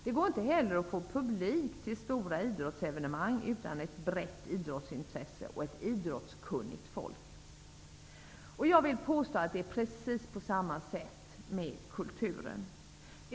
Det går inte heller att få publik till stora idrottsevenemang utan ett brett idrottsintresse och ett idrottskunnigt folk. Jag vill påstå att det är på precis samma sätt med kulturen.